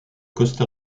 costa